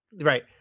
Right